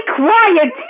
quiet